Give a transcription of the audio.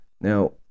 now